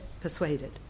persuaded